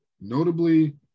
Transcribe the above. notably